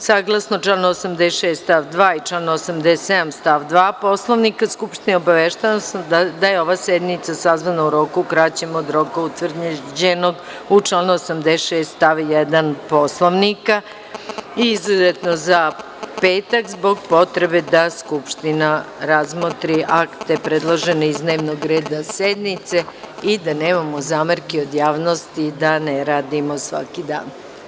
Saglasno članu 86. stav 2. i članu 87. stav 2. Poslovnika, obaveštavam vas da je ova sednica sazvana u roku kraćem od roka utvrđenog u članu 86. stav 1. Poslovnika, izuzetno za petak, zbog potrebe da Skupština razmotri akte predložene iz dnevnog reda sednice i da nemamo zamerki od javnosti da ne radimo svaki dan.